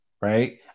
right